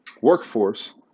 workforce